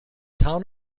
town